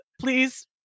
please